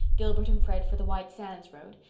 gilbert and fred for the white sands road,